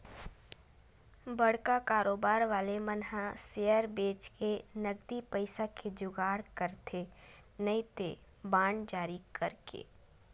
बड़का कारोबार वाले मन ह सेयर बेंचके नगदी पइसा के जुगाड़ करथे नइते बांड जारी करके